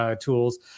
tools